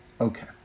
Okay